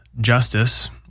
justice